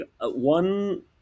one